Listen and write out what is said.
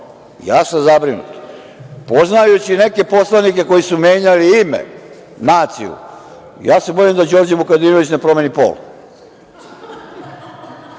ja sam zabrinut. Poznajući neke poslanike koji su menjali i ime, naciju, ja se bojim da Đorđe Vukadinović ne promeni pol.